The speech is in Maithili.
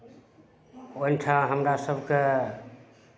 ओहिठाँ हमरा सभकेँ